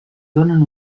donen